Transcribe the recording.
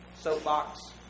soapbox